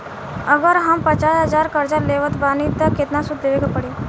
अगर हम पचास हज़ार कर्जा लेवत बानी त केतना सूद देवे के पड़ी?